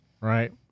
right